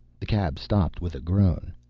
the cab stopped with a groan.